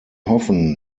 hoffen